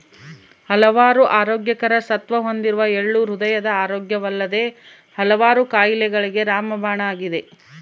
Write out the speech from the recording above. ಹಲವಾರು ಆರೋಗ್ಯಕರ ಸತ್ವ ಹೊಂದಿರುವ ಎಳ್ಳು ಹೃದಯದ ಆರೋಗ್ಯವಲ್ಲದೆ ಹಲವಾರು ಕಾಯಿಲೆಗಳಿಗೆ ರಾಮಬಾಣ ಆಗಿದೆ